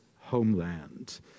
homeland